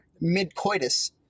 mid-coitus